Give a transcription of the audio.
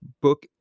book